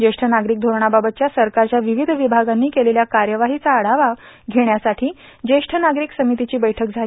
ज्येष्ठ नागरिक धोरणाबाबतच्या सरकारच्या विविध विभागांनी केलेल्या कार्यवाहीचा आढावा घेण्यासाठी ज्येष्ठ नागरिक समितीची बैठक झाली